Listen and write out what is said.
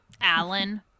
Alan